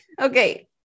okay